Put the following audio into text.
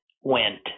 went